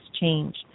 change